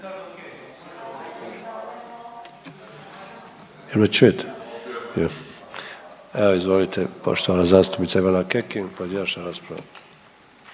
Hvala